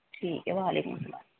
ٹھیک ہے وعلیکم السلام